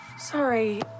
Sorry